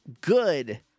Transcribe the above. good